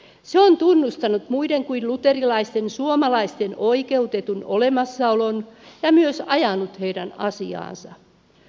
se on tunnustanut muiden kuin luterilaisten suomalaisten oikeutetun olemassaolon ja myös ajanut heidän asiaansa